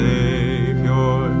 Savior